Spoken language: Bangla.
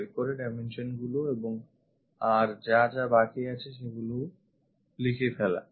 এরপরে dimension গুলি এবং আর যা যা বাকি আছে সেগুলি লিখে ফেলো